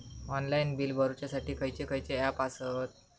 Online bill भरुच्यासाठी खयचे खयचे ऍप आसत?